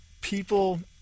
people